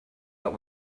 but